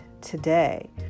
today